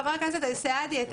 חבר הכנסת סעדי,